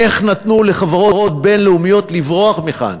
איך נתנו לחברות בין-לאומיות לברוח מכאן,